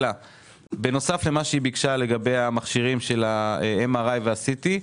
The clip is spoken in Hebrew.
בנוסף למה שהיא ביקשה לגבי המכשירים של ה-MRI וה-CT,